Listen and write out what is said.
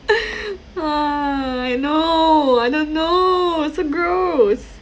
!wah! I know I don't know it's so gross